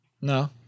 No